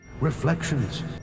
Reflections